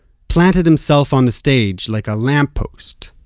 planted himself on the stage like a lamp post,